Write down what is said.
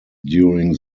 during